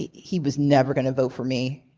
he he was never going to vote for me.